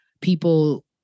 people